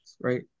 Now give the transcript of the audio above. right